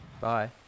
Bye